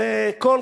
זה הבונבוניירה.